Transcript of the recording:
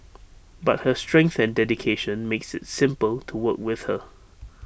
but her strength and dedication makes IT simple to work with her